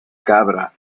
cabra